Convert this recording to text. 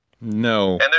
No